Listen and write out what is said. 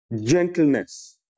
gentleness